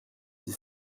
dix